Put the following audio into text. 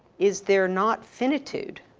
is there not finitude?